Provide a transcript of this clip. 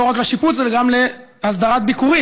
לא רק לשיפוץ אלא גם להסדרת ביקורים.